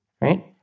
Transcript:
right